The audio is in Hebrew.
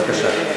בבקשה.